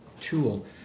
tool